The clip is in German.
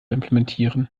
implementieren